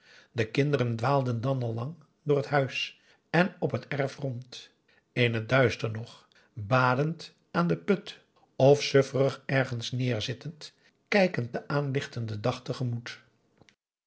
de kinderen dwaalden dan al lang door het huis en op het erf rond in het duister nog badend aan den put of sufferig ergens neerzittend kijkend den aanlichtenden dag tegemoet